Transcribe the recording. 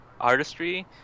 artistry